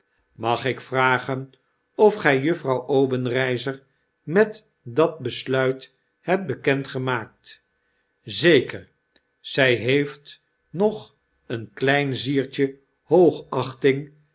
mag ik vragen of gg juffrouw obenreizer met dat besluit hebt bekend gemaakt zeker zjj heeft nog een kfein ziertjehoogachting